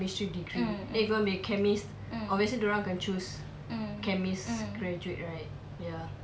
mm mm mm mm